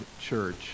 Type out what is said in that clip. church